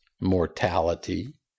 mortality